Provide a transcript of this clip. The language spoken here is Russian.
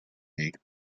ней